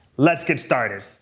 let's get started.